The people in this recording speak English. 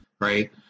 right